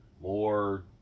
more